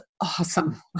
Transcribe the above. awesome